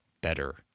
better